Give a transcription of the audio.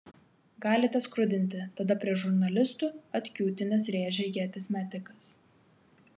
galite skrudinti tada prie žurnalistų atkiūtinęs rėžė ieties metikas